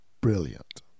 brilliant